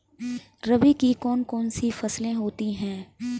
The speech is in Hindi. रबी की कौन कौन सी फसलें होती हैं?